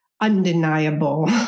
undeniable